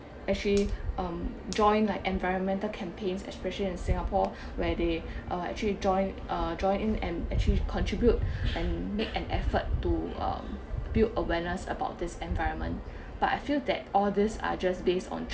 actually um join like environmental campaigns especially in singapore where they uh actually join uh join in and actually contribute and make an effort to um build awareness about this environment but I feel that all this are just based on